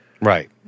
Right